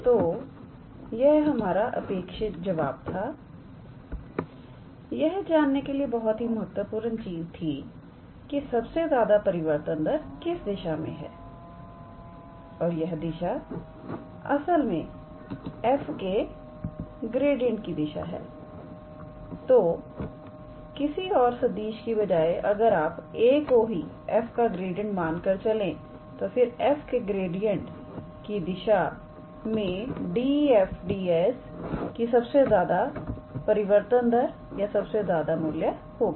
तो यह हमारा अपेक्षित जवाब थायह जानने के लिए बहुत ही महत्वपूर्ण चीज थी कि सबसे ज्यादा परिवर्तन दर किस दिशा में है और यह दिशा असल में f के ग्रेडियंट की दिशा हैतो किसी और सदिश की बजाय अगर आप a को ही f का ग्रेडियंट मानकर चलें तो फिर f के ग्रेडियंट की दिशा में DfDs की सबसे ज्यादा परिवर्तन दर या सबसे ज्यादा मूल्य ज्ञात होगा